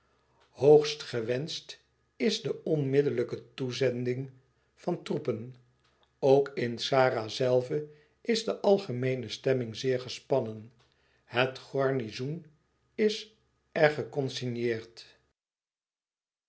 hoogst gewenscht is de onmiddellijke toezending van troepen ook in xara zelve is de algemeene stemming zeer gespannen het garnizoen is er geconsigneerd